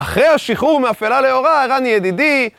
אחרי השחרור מאפלה לאורה, ערן ידידי